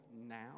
now